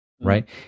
Right